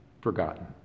forgotten